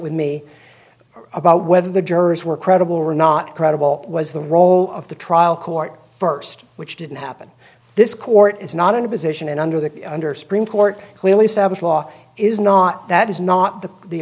with me about whether the jurors were credible or not credible was the role of the trial court first which didn't happen this court is not in a position and under the under supreme court clearly established law is not that is not the the